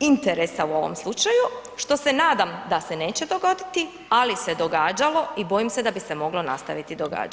interesa u ovom slučaju što se nadam da se neće dogoditi ali se događalo i bojim se da bi se moglo nastaviti događati.